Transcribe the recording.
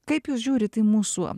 kaip jūs žiūrit į mūsų